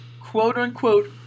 quote-unquote